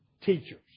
teachers